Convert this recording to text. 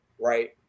right